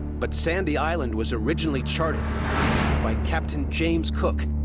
but sandy island was originally charted by captain james cook,